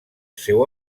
seu